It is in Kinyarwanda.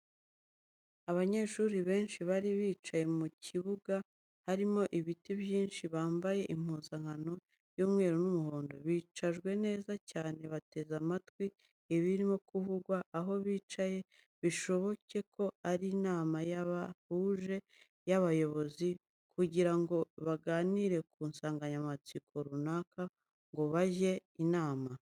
Abanyeshuri benshi bari bicaye mu kibuga harimo ibiti byinshi bambaye impuzankano y'umweru n'umuhondo. Bicajwe neza cyane bateze amatwi ibirimo kuvugirwa aho bicaye bishoboke ko ari inama yabahuje y'abayobozi kugira ngo baganire ku nsanganyamatsiko runaka ngo bajye inama .